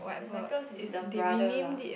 Saint Michael's is the brother lah